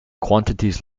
quantities